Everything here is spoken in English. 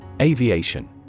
Aviation